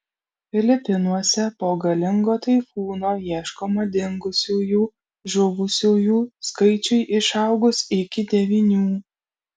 filipinuose po galingo taifūno ieškoma dingusiųjų žuvusiųjų skaičiui išaugus iki devynių